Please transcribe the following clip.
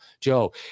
Joe